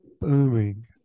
booming